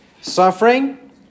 Suffering